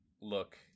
look